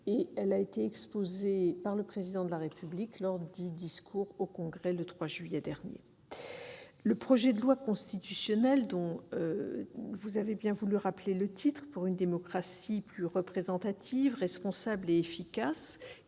Elle a été exposée par le Président de la République dans son discours au Congrès, le 3 juillet dernier. Le projet de loi constitutionnelle, dont vous avez bien voulu rappeler l'intitulé- « pour une démocratie plus représentative, responsable et efficace »